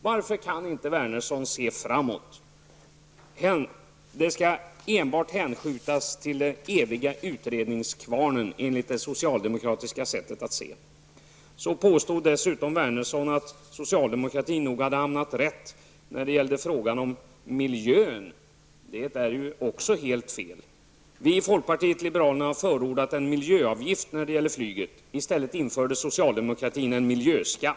Varför kan inte Wernersson se framåt? Allt skall enligt det socialdemokratiska sättet att se hänskjutas till den eviga utredningskvarnen. Wernersson påstod dessutom att socialdemokratin nog hade hamnat rätt i frågan om miljön. Detta är också helt felaktigt. Vi i folkpartiet liberalerna har förordat en miljöavgift för flyget. I stället införde socialdemokraterna en miljöskatt.